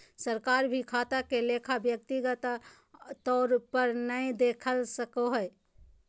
सरकार भी खाता के लेखा व्यक्तिगत तौर पर नय देख सको हय